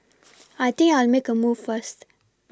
I think I'll make a move first